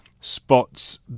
spots